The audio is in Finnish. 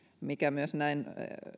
mikä myös näin